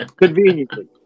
Conveniently